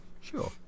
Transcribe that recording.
Sure